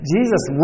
Jesus